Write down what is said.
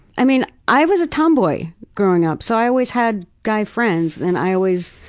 i mean, i was a tomboy growing up. so i always had guy friends and i always,